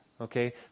okay